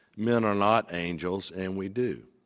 men are not angels and we do.